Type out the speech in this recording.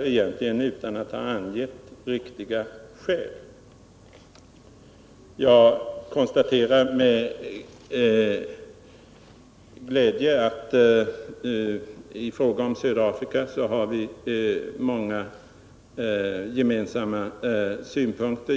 egentligen ha angett några riktiga skäl. Jag konstaterar med glädje att i fråga om södra Afrika har vi många gemensamma synpunkter.